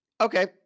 Okay